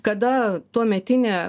kada tuometinė